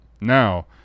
Now